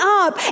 up